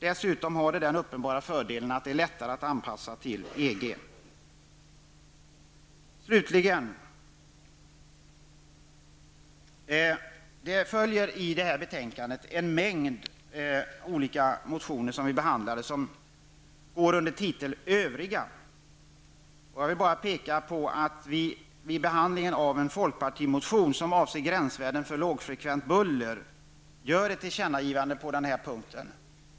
Dessutom har detta den uppenbara fördelen att det gör det lättare att anpassa oss till Slutligen: I det här betänkandet behandlas en mängd motioner som går under titeln övriga. Jag vill bara påpeka att vi vid behandlingen av en folkpartimotion som avser gränsvärden för lågfrekvent buller gör ett tillkännagivande.